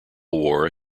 war